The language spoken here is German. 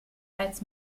als